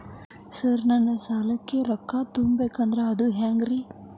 Sir ನನ್ನ ಸಾಲಕ್ಕ ರೊಕ್ಕ ತುಂಬೇಕ್ರಿ ಅದು ಹೆಂಗ್ರಿ?